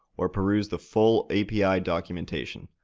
or peruse the full api documentation.